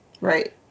Right